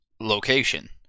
location